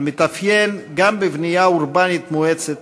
המתאפיין גם בבנייה אורבנית מואצת,